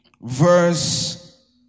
verse